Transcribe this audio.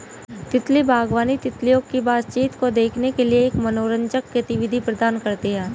तितली बागवानी, तितलियों की बातचीत को देखने के लिए एक मनोरंजक गतिविधि प्रदान करती है